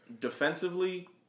Defensively